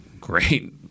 great